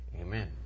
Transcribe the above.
amen